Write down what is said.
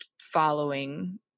following